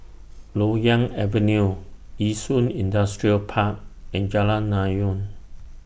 Loyang Avenue Yishun Industrial Park and Jalan Naung